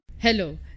Hello